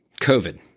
covid